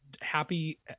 Happy